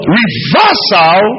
reversal